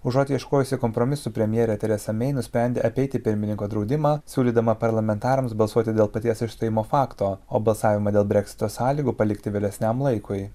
užuot ieškojusi kompromisų premjerė teresa mei nusprendė apeiti pirmininko draudimą siūlydama parlamentarams balsuoti dėl paties išstojimo fakto o balsavimą dėl breksito sąlygų palikti vėlesniam laikui